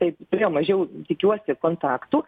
taip turėjo mažiau tikiuosi kontaktų